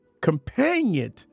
companion